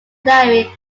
diary